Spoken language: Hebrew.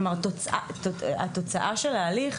כלומר התוצאה של ההליך,